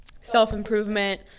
self-improvement